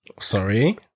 Sorry